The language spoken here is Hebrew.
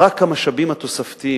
רק המשאבים התוספתיים.